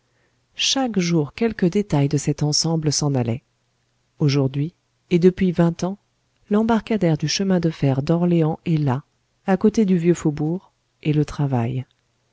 chaque jour quelque détail de cet ensemble s'en allait aujourd'hui et depuis vingt ans l'embarcadère du chemin de fer d'orléans est là à côté du vieux faubourg et le travaille